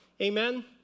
Amen